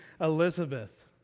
Elizabeth